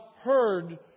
heard